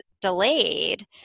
delayed